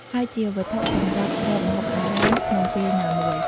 ហើយជាវត្ថុសម្រាប់គ្របម្ហូបអាហារក្នុងពេលណាមួយ ។